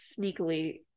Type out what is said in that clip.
sneakily